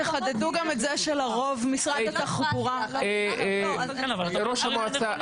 תחדדו גם את זה שלרוב משרד התחבורה --- ראש המועצה,